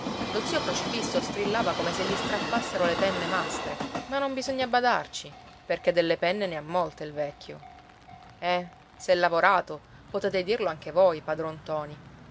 lo zio crocifisso strillava come se gli strappassero le penne mastre ma non bisogna badarci perché delle penne ne ha molte il vecchio eh s'è lavorato potete dirlo anche voi padron ntoni